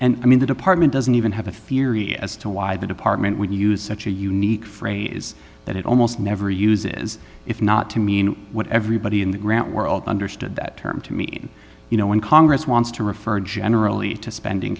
and i mean the department doesn't even have a theory as to why the department would use such a unique phrase that it almost never uses if not to mean what everybody in the grant world understood that term to mean you know when congress wants to refer generally to spending